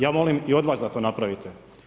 Ja molim i od vas da to napravite.